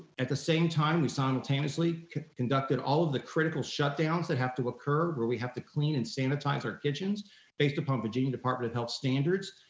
at the same time, we simultaneously conducted all of the critical shutdowns that have to occur where we have to clean and sanitize our kitchens based upon virginia department of health standards,